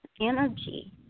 energy